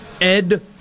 Ed